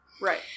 Right